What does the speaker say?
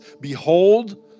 behold